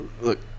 Look